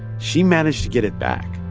she managed to get it back,